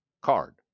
card